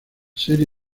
serie